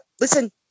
Listen